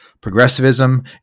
Progressivism